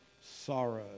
sorrow